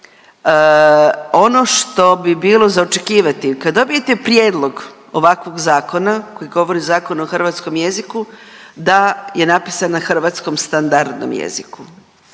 ono što bi bilo za očekivati kad dobijete prijedlog ovakvog zakona koji govori Zakon o hrvatskom jeziku da je napisan na hrvatskom standardnom jeziku.